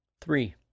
Three